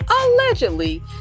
allegedly